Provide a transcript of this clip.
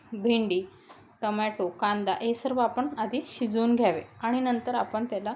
भेंडी टमॅटो कांदा हे सर्व आपण आधी शिजवून घ्यावे आणि नंतर आपण त्याला